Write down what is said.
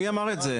מי אמר את זה?